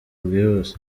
bwihuse